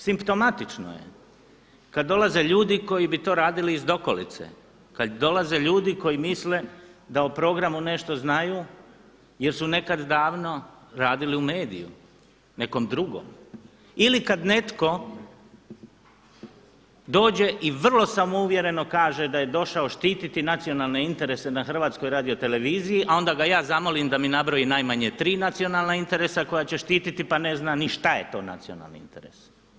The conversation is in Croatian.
Simptomatično je kada dolaze ljudi koji bi to radili iz dokolice, kada dolaze ljudi koji misle da o programu nešto znaju jer su nekad davno radili u mediju nekom drugom ili kada netko dođe i vrlo samouvjereno kaže da je došao štititi nacionalne interese na HRT-u, a onda ga ja zamolim da mi nabroji najmanje tri nacionalna interesa koja će štititi pa ne zna ni šta je to nacionalni interes.